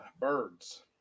Birds